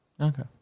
Okay